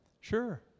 Sure